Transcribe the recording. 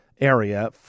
area